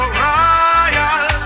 royal